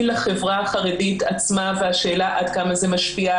לחברה החרדית עצמה והשאלה עד כמה זה משפיע,